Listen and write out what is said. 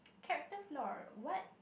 character flaw what